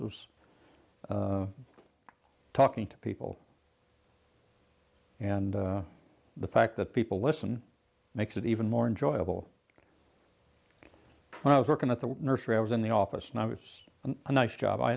this was talking to people and the fact that people listen makes it even more enjoyable when i was working at the nursery i was in the office and i was a nice job i